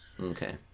Okay